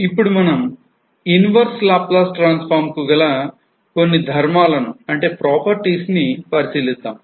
ఇప్పుడు మనం inverse Laplace transform కు గల కొన్ని ధర్మాలను పరిశీలిద్దాం